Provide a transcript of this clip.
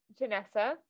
Janessa